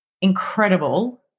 incredible